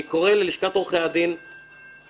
אני קורא ללשכת עורכי הדין להצטרף,